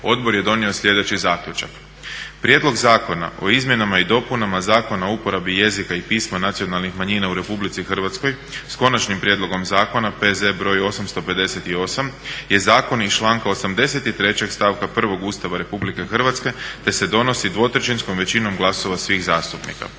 odbor je donio sljedeći zaključak:" Prijedlog zakona o izmjenama i dopunama Zakona o uporabi jezika i pisma nacionalnih manjina u RH, s Konačnim prijedlogom zakona, P.Z. br. 858 i zakon iz članka 83.stavka 1. Ustava RH te se donosi dvotrećinskom većinom glasova svih zastupnika".